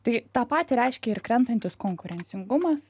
tai tą patį reiškia ir krentantis konkurencingumas